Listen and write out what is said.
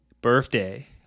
birthday